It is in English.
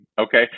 Okay